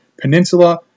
Peninsula